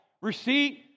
receipt